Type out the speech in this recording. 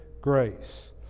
grace